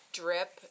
drip